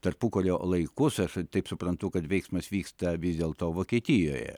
tarpukario laikus aš taip suprantu kad veiksmas vyksta vis dėlto vokietijoje